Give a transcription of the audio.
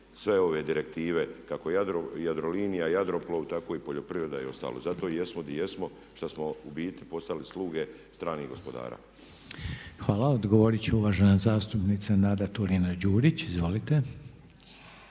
sve ove direktive kako Jadrolinija, Jadroplov tako i poljoprivreda i ostalo. Zato i jesmo gdje jesmo što smo u biti postali sluge stranih gospodara. **Reiner, Željko (HDZ)** Hvala. Odgovorit će uvažena zastupnica Nada Turina-Đurić, izvolite.